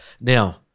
Now